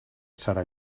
serà